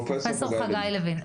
פרופסור חגי לוין,